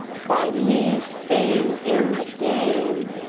by me staying in the game.